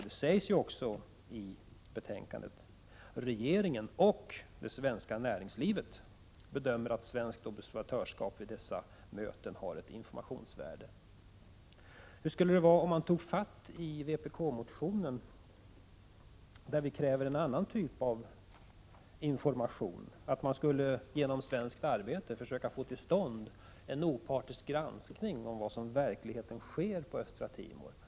Det sägs också i betänkandet att regeringen och det svenska näringslivet bedömer att svenskt observatörskap vid IGGI:s möten har ett informationsvärde. Hur skulle det vara om man tog fatt i vpbk-motionen, där vi kräver en annan typ av information — att på svenskt initiativ försöka få till stånd en opartisk granskning av vad som i verkligheten sker på Östra Timor?